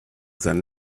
than